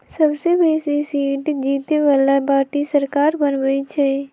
सबसे बेशी सीट जीतय बला पार्टी सरकार बनबइ छइ